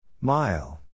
Mile